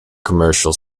commercial